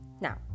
Now